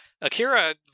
Akira